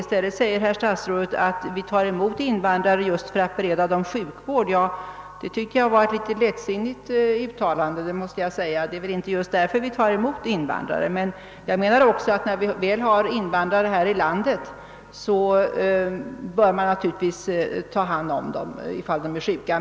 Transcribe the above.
I stället säger herr statsrådet att vi tar emot invandrare just för att bereda dem sjukvård. Det tycker jag var ett litet lättsinnigt uttalande; det är väl inte just därför vi tar emot invandrare. Men när vi väl har invandrare här i landet bör vi naturligtvis ta hand om dem ifall de är sjuka.